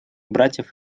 братьев